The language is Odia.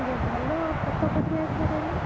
ଏ ଭଲ ଫୋଟ କେଉଁଥିରେ ଆସିବ କହିଲ